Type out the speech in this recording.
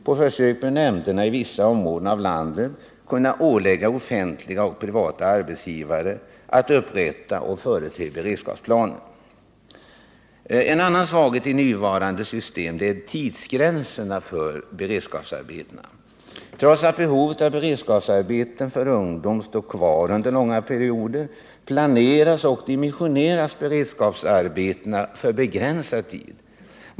På försök bör nämnderna i vissa områden av landet kunna ålägga offentliga och privata arbetsgivare att upprätta och förete beredskapsplaner. En annan svaghet i nuvarande system är tidsgränserna för beredskapsarbeten. Trots att behovet av beredskapsarbeten för ungdom står kvar under långa perioder, planeras och dimensioneras beredskapsarbetena för begränsad tid.